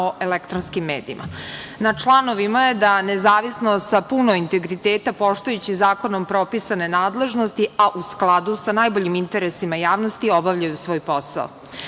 o elektronskim medijima. Na članovima je da nezavisno sa puno integriteta, poštujući zakonom propisane nadležnosti, a u skladu sa najboljim interesima javnosti, obavljaju svoj posao. Zakon